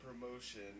promotion